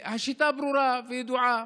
השיטה ברורה וידועה: